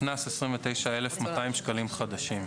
קנס של 29,200 שקלים חדשים.